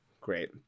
Great